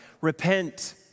Repent